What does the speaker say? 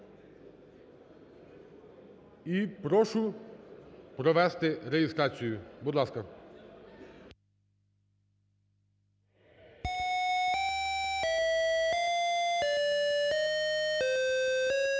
І прошу провести реєстрацію. Будь ласка.